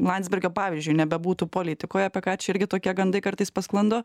landsbergio pavyzdžiui nebebūtų politikoje apie ką čia irgi tokie gandai kartais pasklando